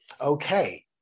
okay